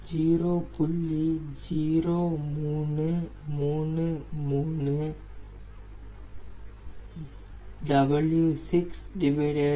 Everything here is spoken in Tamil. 00022216 e 0